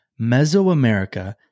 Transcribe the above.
Mesoamerica